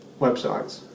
websites